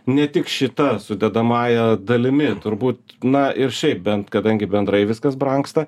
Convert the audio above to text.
ne tik šita sudedamąja dalimi turbūt na ir šiaip bent kadangi bendrai viskas brangsta